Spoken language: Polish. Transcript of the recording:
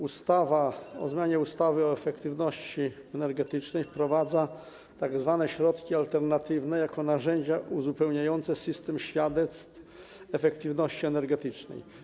Ustawa o zmianie ustawy o efektywności energetycznej wprowadza tzw. środki alternatywne jako narzędzia uzupełniające system świadectw efektywności energetycznej.